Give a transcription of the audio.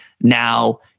now